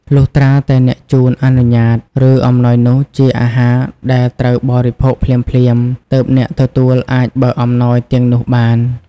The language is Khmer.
លុះត្រាតែអ្នកជូនអនុញ្ញាត ឬអំណោយនោះជាអាហារដែលត្រូវបរិភោគភ្លាមៗ ទើបអ្នកទទួលអាចបើកអំណោយទាំងនោះបាន។